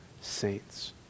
saints